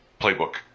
playbook